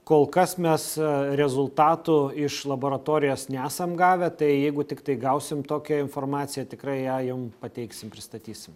kol kas mes rezultatų iš laboratorijos nesam gavę tai jeigu tiktai gausim tokią informaciją tikrai ją jum pateiksim pristatysim